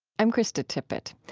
i'm krista tippett.